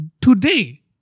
today